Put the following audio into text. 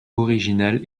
originale